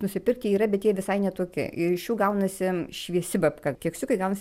nusipirkti yra bet jie visai ne toki iš jų gaunasi šviesi babka keksiukai gaunasi